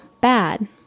bad